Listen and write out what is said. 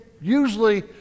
usually